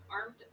armed